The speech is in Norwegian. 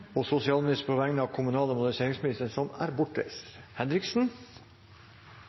og sosialministeren på vegne av kommunal- og moderniseringsministeren, som er